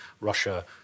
Russia